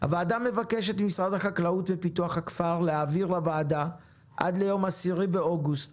הוועדה מבקשת ממשרד החקלאות ופיתוח הכפר להעביר לוועדה עד ל-10 באוגוסט